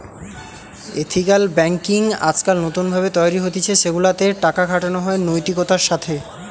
ethical banking আজকাল নতুন ভাবে তৈরী হতিছে সেগুলা তে টাকা খাটানো হয় নৈতিকতার সাথে